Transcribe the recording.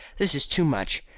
this is too much.